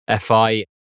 FI